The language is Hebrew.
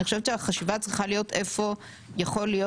אני חושבת שהחשיבה צריכה להיות איפה יכול להיות